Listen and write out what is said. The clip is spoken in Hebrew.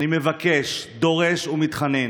אני מבקש, דורש ומתחנן,